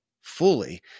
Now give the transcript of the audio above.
fully